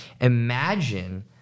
Imagine